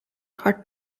are